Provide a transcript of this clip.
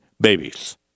babies